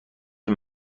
این